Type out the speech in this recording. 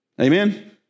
Amen